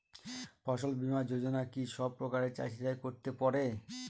ফসল বীমা যোজনা কি সব প্রকারের চাষীরাই করতে পরে?